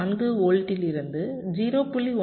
4 வோல்ட்டிலிருந்து 0